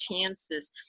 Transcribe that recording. chances